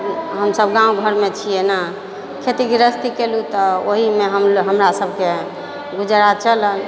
हम सभ गाँव घरमे छियै ने खेती गृहस्थी कयलहुँ तऽ ओहिमे हम हमरा सभके गुजारा चलल